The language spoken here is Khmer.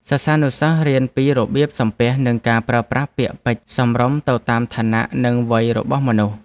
សិស្សានុសិស្សរៀនពីរបៀបសំពះនិងការប្រើប្រាស់ពាក្យពេចន៍សមរម្យទៅតាមឋានៈនិងវ័យរបស់មនុស្ស។